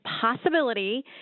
possibility